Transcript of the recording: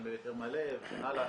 האם בהיתר מלא וכן הלאה.